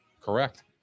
Correct